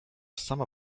sama